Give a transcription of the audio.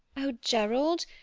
oh gerald,